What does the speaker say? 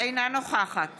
אינה נוכחת